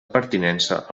pertinença